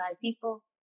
people